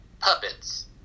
puppets